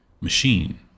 machine